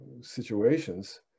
situations